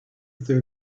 their